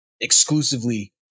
exclusively